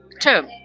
term